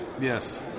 Yes